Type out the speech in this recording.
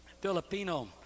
Filipino